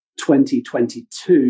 2022